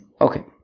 Okay